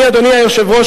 אדוני היושב-ראש,